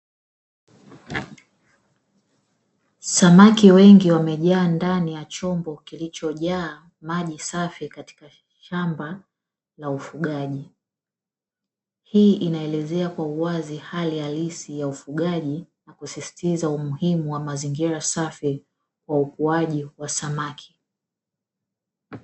Samaki wengi wamejaa ndani ya chombo kilichojaa maji safi katika shamba la ufugaji, hii inaelezea kwa uwazi hali halisi ya ufugaji na kusisitiza umuhimu wa mazingira safi kwa ukuaji wa samaki.